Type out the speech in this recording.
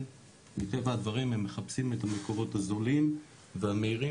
מטבע הדברים הם מחפשים את המקורות הזולים והמהירים,